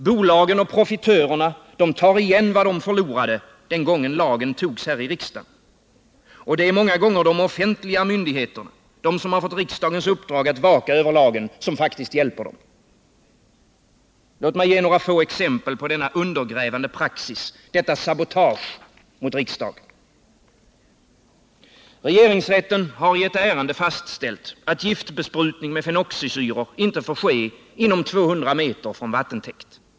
Bolagen och profitörerna tar igen vad de förlorade den gången lagen antogs i riksdagen. Och det är ofta de offentliga myndigheterna, de som fått riksdagens uppdrag att vaka över lagen, som hjälper dem. Låt mig ge några få exempel på denna undergrävande praxis, detta sabotage mot riksdagen. Regeringsrätten har i ett ärende fastställt att giftbesprutning med fenoxisyror inte får ske inom 200 m från vattentäkt.